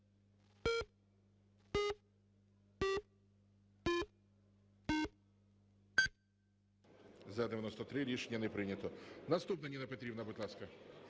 За-93 Рішення не прийнято. Наступна, Ніна Петрівна, будь ласка.